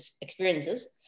experiences